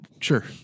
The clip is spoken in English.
Sure